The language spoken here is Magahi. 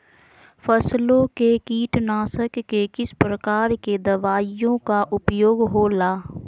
फसलों के कीटनाशक के किस प्रकार के दवाइयों का उपयोग हो ला?